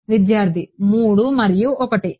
విద్యార్థి 3 మరియు 1